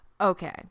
Okay